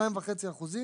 2.5 אחוזים.